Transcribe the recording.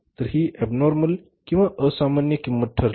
तर ही ऍबनॉर्मल किंवा असामान्य किंमत ठरली